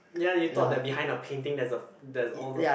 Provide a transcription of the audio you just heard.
ya you thought that behind a painting there's a there's all the